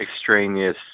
extraneous